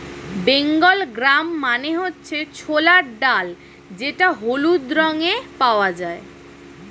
Bengal gram মানে হচ্ছে ছোলার ডাল যেটা হলুদ রঙে পাওয়া যায়